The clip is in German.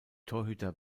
torhüter